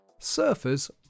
Surfers